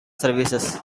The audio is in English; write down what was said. services